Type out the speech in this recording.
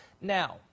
now